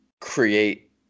create